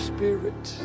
Spirit